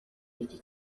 iki